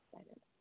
excited